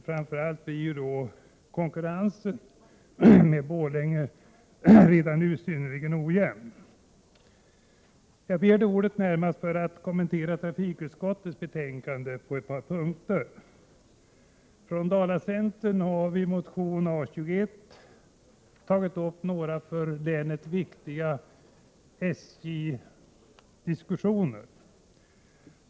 Framför allt blir ju konkurrensen med Borlänge synnerligen ojämn. Jag begärde ordet närmast för att kommentera trafikutskottets betänkande på ett par punkter. Från Dalacentern har vi i motion A21 tagit upp några för länet viktiga SJ-frågor.